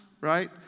right